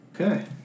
Okay